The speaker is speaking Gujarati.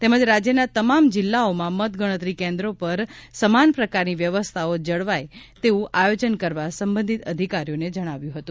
તેમજ રાજ્યના તમામ જિલ્લાઓમાં મતગણતરી કેન્દ્રો પર સમાન પ્રકારની વ્યવસ્થાઓ જળવાય તેવું આયોજન કરવા સંબંધિત અધિકારીઓને જણાવ્યું હતું